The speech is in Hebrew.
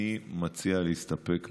אני מציע להסתפק בהודעת השר.